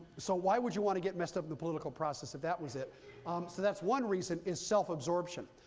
so why would you want to get messed up in the political process, if that was it? so that's one reason is self absorption.